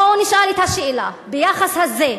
בואו נשאל את השאלה ביחס הזה,